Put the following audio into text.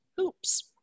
Oops